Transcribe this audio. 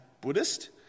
Buddhist